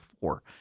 four